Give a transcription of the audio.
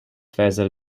faisal